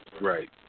Right